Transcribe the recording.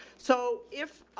so if,